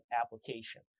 application